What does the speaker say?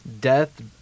death